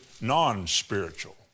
non-spiritual